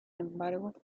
embargo